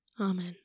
amen